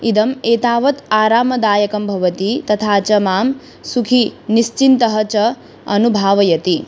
इदम् एतावत् आरामदायकं भवति तथा च मां सुखी निश्चिन्तः च अनुभावयति